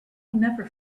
never